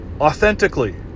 authentically